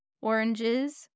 oranges